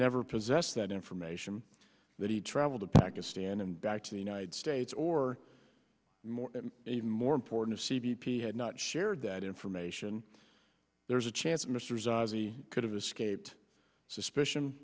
never possessed that information that he traveled to pakistan and back to the united states or even more important c b p had not shared that information there's a chance mr zazi could have escaped suspicion